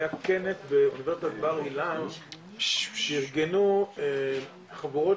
היה כנס באונ' בר-אילן שארגנו חברות